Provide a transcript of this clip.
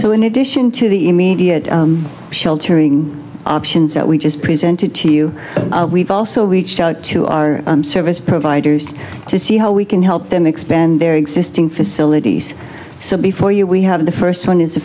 so in addition to the immediate sheltering options that we just presented to you we've also reached out to our service providers to see how we can help them expand their existing facilities so before you we have the first one is a